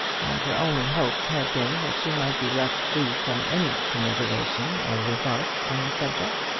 and her only hope had been that she might be left free from any commiseration or remark on the subject.